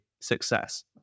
success